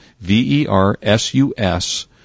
V-E-R-S-U-S